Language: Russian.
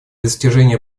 достижения